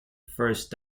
first